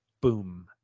Boom